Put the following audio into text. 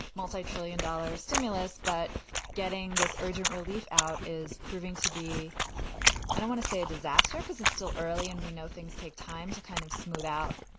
multitrillion dollar stimulus. but getting this urgent relief out is proving to be. and i want to say a disaster because it's still early and we know things take time to kind of smooth out,